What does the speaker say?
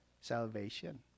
salvation